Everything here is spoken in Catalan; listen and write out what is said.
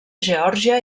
geòrgia